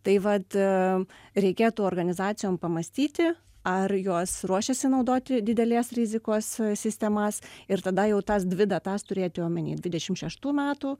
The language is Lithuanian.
tai vat reikėtų organizacijom pamąstyti ar jos ruošiasi naudoti didelės rizikos sistemas ir tada jau tas dvi datas turėti omeny dvidešimt šeštų metų